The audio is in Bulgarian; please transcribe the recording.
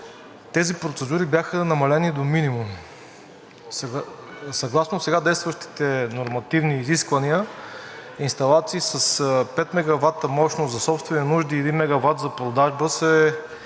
тези процедури бяха намалени до минимум. Съгласно сега действащите нормативни изисквания инсталации с пет мегавата мощност за собствени нужди и един мегават за продажба се